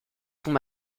sont